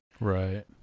right